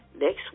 Next